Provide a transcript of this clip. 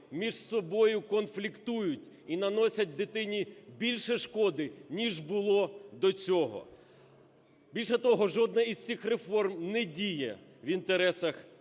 між собою конфліктують і наносять дитині більше шкоди, ніж було до цього. Більше того, жодна із цих реформ не діє в інтересах дитини,